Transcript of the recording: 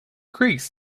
creeks